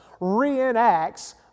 reenacts